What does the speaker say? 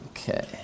Okay